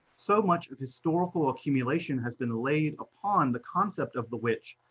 so much of historical accumulation has been laid upon the concept of the witch,